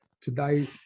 Today